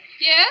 Yes